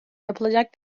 yapılacak